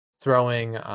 throwing